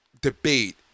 debate